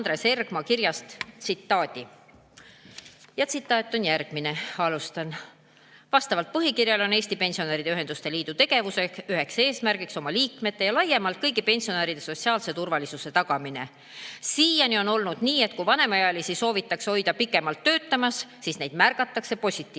tsitaat. See on järgmine: "Vastavalt põhikirjale on Eesti Pensionäride Ühenduste Liidu tegevuse üheks eesmärgiks oma liikmete ja laiemalt kõigi pensionäride sotsiaalse turvalisuse tagamine. Siiani on olnud nii, et kui vanemaealisi soovitakse hoida pikemalt töötamas, siis neid märgatakse positiivses